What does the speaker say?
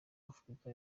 afurika